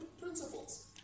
principles